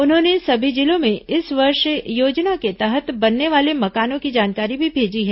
उन्होंने सभी जिलों में इस वर्ष योजना के तहत बनने वाले मकानों की जानकारी भी भेजी है